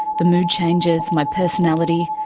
the mood changes, my personality,